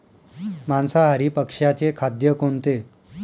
मांसाहारी पक्ष्याचे खाद्य कोणते?